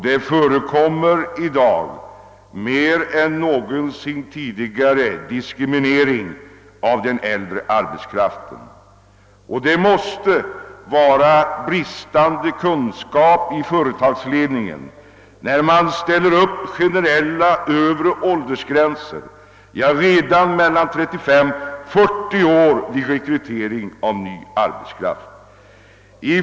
Det förekommer i dag mer än någonsin tidigare diskriminering av äldre arbetskraft. Det måste vara bristande kunskap i företagsledningen, när man ställer upp generella övre åldersgränser redan vid 35—40 år vid rekrytering av ny arbetskraft.